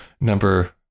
number